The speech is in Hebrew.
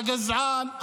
הגזען,